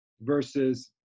versus